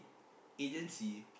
agency